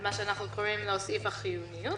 מה שאנחנו קוראים לו סעיף החיוניות,